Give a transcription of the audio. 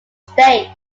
state